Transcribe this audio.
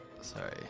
sorry